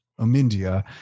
Omindia